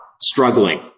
struggling